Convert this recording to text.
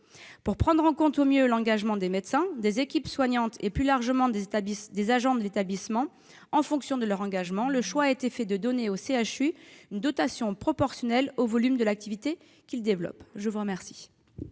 Pour prendre en compte au mieux l'engagement des médecins, des équipes soignantes et, plus largement, des agents de l'établissement, le choix a été fait de donner au CHU une dotation proportionnelle au volume de l'activité qu'il développe. La parole